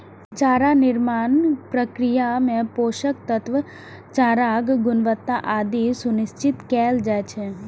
चारा निर्माण प्रक्रिया मे पोषक तत्व, चाराक गुणवत्ता आदि सुनिश्चित कैल जाइ छै